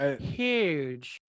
Huge